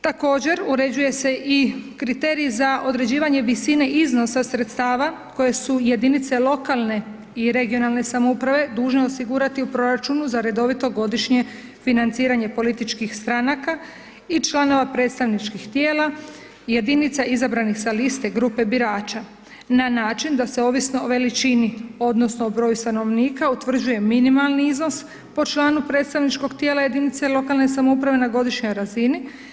Također, uređuje se i kriterij za određivanje visine iznosa sredstava koje su jedinice lokalne i regionalne samouprave dužne osigurati u proračunu za redovito godišnje financiranje političkih stranaka i članova predstavničkih tijela jedinica izabranih sa liste grupe birača na način da se ovisno o veličini odnosno o broju stanovnika, utvrđuje minimalni iznos po članu predstavničkog tijela jedinice lokalne samouprave na godišnjoj razini.